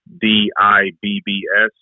d-i-b-b-s